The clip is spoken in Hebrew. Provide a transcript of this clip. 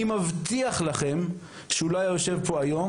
אני מבטיח לכם שהוא לא היה יושב פה היום,